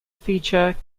feature